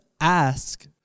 ask